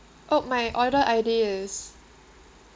oh my order I_D is